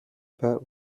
but